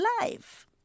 life